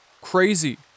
crazy